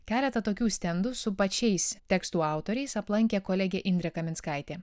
keletą tokių stendų su pačiais tekstų autoriais aplankė kolegė indrė kaminskaitė